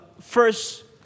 first